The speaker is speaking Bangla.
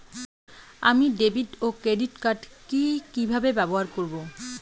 আমি ডেভিড ও ক্রেডিট কার্ড কি কিভাবে ব্যবহার করব?